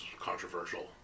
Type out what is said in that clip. controversial